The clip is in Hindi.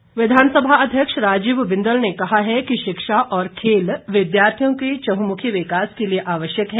बिंदल विधानसभा अध्यक्ष राजीव बिंदल ने कहा है कि शिक्षा और खेल विद्यार्थी के चहुंमुखी विकास के लिए आवश्यक है